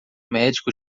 médico